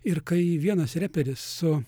ir kai vienas reperis su